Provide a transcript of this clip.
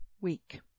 week